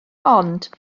ond